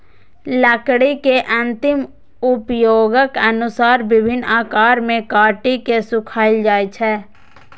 लकड़ी के अंतिम उपयोगक अनुसार विभिन्न आकार मे काटि के सुखाएल जाइ छै